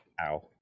Ow